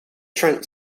trent